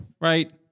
right